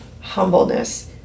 humbleness